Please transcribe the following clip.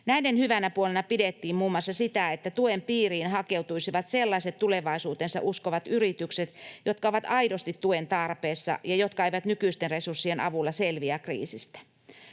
Näiden hyvänä puolena pidettiin muun muassa sitä, että tuen piiriin hakeutuisivat sellaiset tulevaisuuteensa uskovat yritykset, jotka ovat aidosti tuen tarpeessa ja jotka eivät nykyisten resurssien avulla selviä kriisistä.